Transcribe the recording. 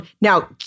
Now